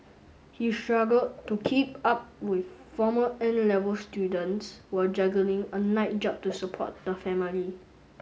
he struggled to keep up with former 'N' level students while juggling a night job to support the family